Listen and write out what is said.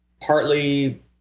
partly